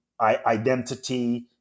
identity